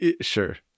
Sure